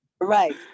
right